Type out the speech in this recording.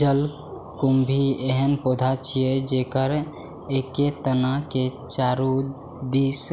जलकुंभी एहन पौधा छियै, जेकर एके तना के चारू दिस